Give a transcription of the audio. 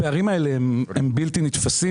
בעיר והכנסות שלה מארנונה עסקית נתפסות